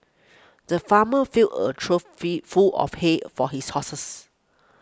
the farmer filled a trough fill full of hay for his horses